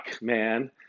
man